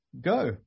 Go